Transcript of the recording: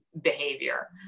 behavior